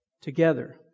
together